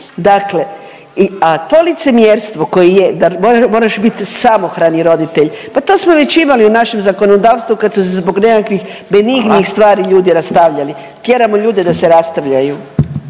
Dakle, a to licemjerstvo koje je, da moraš biti samohrani roditelj pa to smo već imali u našem zakonodavstvu kad su se zbog nekakvih benignih stvari ljudi rastavljali. Tjeramo ljude da se rastavljaju.